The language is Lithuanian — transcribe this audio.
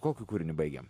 kokiu kūriniu baigiam